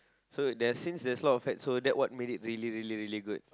so there's since there's a lot of fats so that what made it really really really good